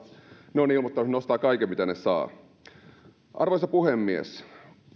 ne ovat ilmoittaneet että ne ostavat kaiken mitä saavat arvoisa puhemies